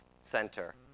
center